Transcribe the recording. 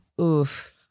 Oof